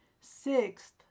Sixth